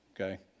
okay